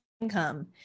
income